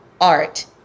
art